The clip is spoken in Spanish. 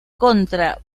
contra